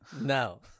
No